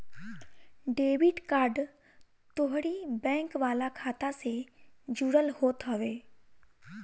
debit card तोहरी bank वाला खाता से जुड़ल होत हवे